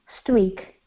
streak